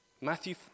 Matthew